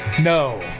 No